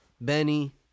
Benny